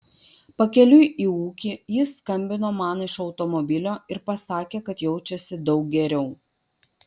pakeliui į ūkį jis skambino man iš automobilio ir pasakė kad jaučiasi daug geriau